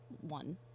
one